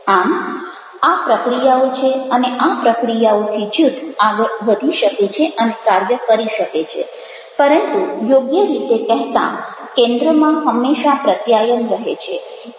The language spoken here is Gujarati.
આમ આ પ્રક્રિયાઓ છે અને આ પ્રક્રિયાઓથી જૂથ આગળ વધી શકે છે અને કાર્ય કરી શકે છે પરંતુ યોગ્ય રીતે કહેતાં કેન્દ્રમાં હંમેશા પ્રત્યાયન રહે છે